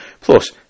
plus